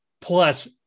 plus